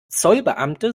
zollbeamte